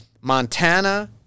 Montana